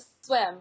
swim